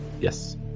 yes